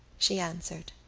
she answered.